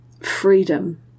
freedom